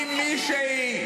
אם מישהי,